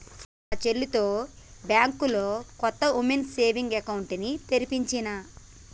మొన్న మా చెల్లితో బ్యాంకులో కొత్త వుమెన్స్ సేవింగ్స్ అకౌంట్ ని తెరిపించినా